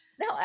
No